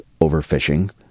overfishing